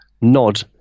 nod